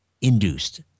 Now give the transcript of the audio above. induced